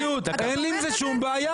אין לי עם זה שום בעיה.